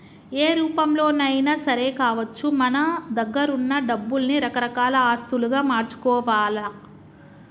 ఏ రూపంలోనైనా సరే కావచ్చు మన దగ్గరున్న డబ్బుల్ని రకరకాల ఆస్తులుగా మార్చుకోవాల్ల